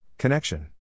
Connection